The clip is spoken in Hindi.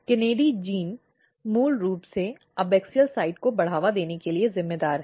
KANADI जीन मूल रूप से एबॅक्सियल पक्ष को बढ़ावा देने के लिए जिम्मेदार हैं